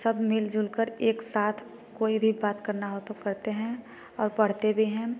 सब मिलजुल कर एक साथ कोई भी बात करना हो तो करते हैं और पढ़ते भी हैं